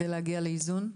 כדי להגיע לאיזון.